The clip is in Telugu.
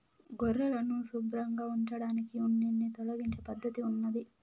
గొర్రెలను శుభ్రంగా ఉంచడానికి ఉన్నిని తొలగించే పద్ధతి ఉన్నాది